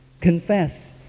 Confess